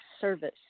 service